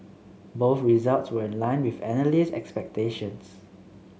both results were in line with analyst expectations